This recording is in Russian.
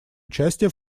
участие